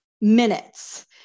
minutes